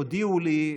הודיעו לי,